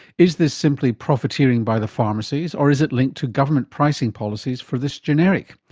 is this simply profiteering by the pharmacies or is it linked to government pricing policies for this generic?